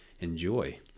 enjoy